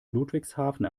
ludwigshafen